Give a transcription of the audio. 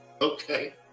Okay